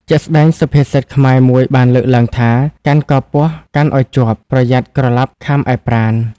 ជាក់ស្ដែងសុភាសិតខ្មែរមួយបានលើកឡើងថា" កាន់កពស់កាន់ឲ្យជាប់ប្រយ័ត្នក្រឡាប់ខាំឯប្រាណ"។